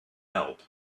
help